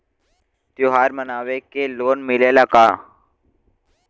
त्योहार मनावे के लोन मिलेला का?